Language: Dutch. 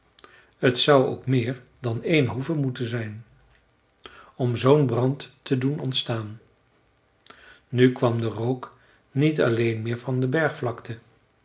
t zou ook meer dan een hoeve moeten zijn om zoo'n brand te doen ontstaan nu kwam de rook niet alleen meer van de